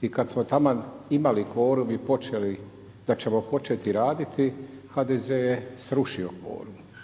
I kad smo taman imali kvorum i da početi raditi, HDZ je srušio kvorum.